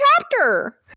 chapter